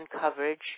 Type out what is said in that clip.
coverage –